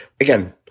again